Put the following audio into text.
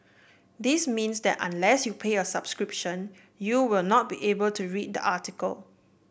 this means that unless you pay a subscription you will not be able to read the article